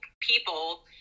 people